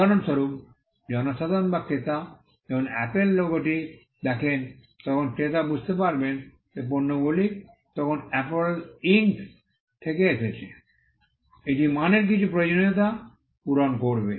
উদাহরণস্বরূপ জনসাধারণ বা ক্রেতা যখন অ্যাপল লোগোটি দেখেন তখন ক্রেতা বুঝতে পারবেন যে পণ্যগুলি তখন অ্যাপল ইনক Apple inc থেকে এসেছে এটি মানের কিছু প্রয়োজনীয়তা পূরণ করবে